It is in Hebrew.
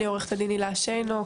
אני עורכת הדין הילה שינוק,